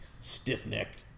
stiff-necked